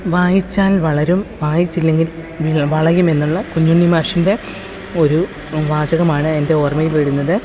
വായിച്ചാൽ വളരും വായിച്ചില്ലെങ്കിൽ നിങ്ങൾ വളയും എന്നുള്ള കുഞ്ഞുണ്ണി മാഷിൻ്റെ ഒരു വാചകമാണ് എൻ്റെ ഓർമയിൽ വരുന്നത്